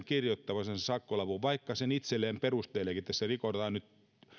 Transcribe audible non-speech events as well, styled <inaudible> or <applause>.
<unintelligible> kirjoittaessaan sakkolapun vaikka sen itselleen perusteleekin että tässä rikotaan nyt